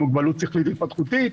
עם מוגבלות שכלית התפתחותית.